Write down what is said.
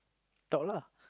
talk lah